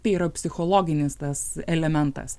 tai yra psichologinis tas elementas